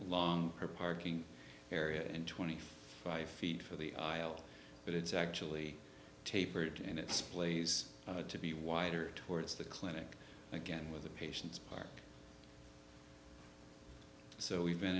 long or parking area and twenty five feet for the aisle but it's actually tapered in its place to be wider towards the clinic again with the patients park so we've been